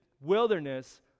wilderness